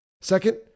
Second